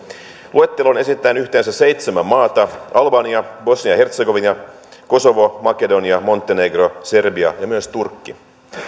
luetteloon esitetään yhteensä seitsemän maata albania bosnia ja hertsegovina kosovo makedonia montenegro serbia ja myös turkki